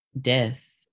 death